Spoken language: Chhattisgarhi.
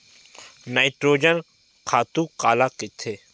नाइट्रोजन खातु काला कहिथे?